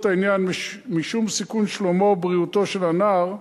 העניין יש משום סיכון שלומו או בריאותו של הנער,